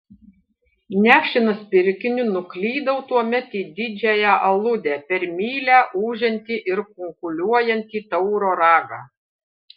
nešinas pirkiniu nuklydau tuomet į didžiąją aludę per mylią ūžiantį ir kunkuliuojantį tauro ragą